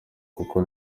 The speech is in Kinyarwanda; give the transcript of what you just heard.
kuko